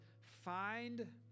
find